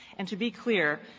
and to be clear,